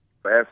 fast